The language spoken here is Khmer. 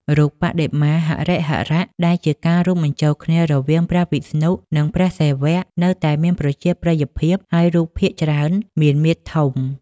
រូបបដិមាហរិហរៈ ដែលជាការរួមបញ្ចូលគ្នារវាងព្រះវិស្ណុ និងព្រះសិវៈ នៅតែមានប្រជាប្រិយភាព ហើយរូបភាគច្រើនមាន មាឌធំ។